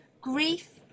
grief